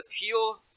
appeal